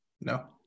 No